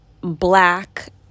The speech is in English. black